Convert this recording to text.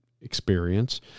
experience